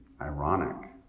ironic